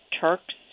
Turks